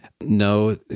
No